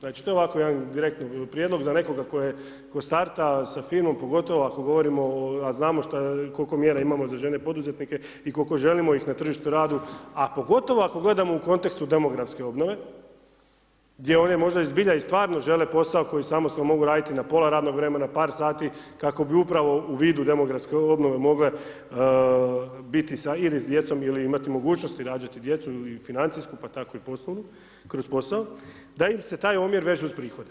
Znači to je ovako jedan direktno prijedlog za nekoga tko starta sa firmom, pogotovo ako govorimo o, a znamo kol'ko mjera imamo za žene poduzetnike i kol'ko želimo ih na tržištu rada, a pogotovo ako gledamo u kontekstu demografske obnove, gdje one možda i zbilja i stvarno žele posao koji samostalno mogu raditi na pola radnog vremena, par sati, kako bi upravo u vidu demografske obnove mogle biti ili s djecom ili imati mogućnosti rađati djecu, i financijsku, pa tako i poslovnu, kroz posao, da im se taj omjer veže uz prihode.